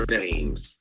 names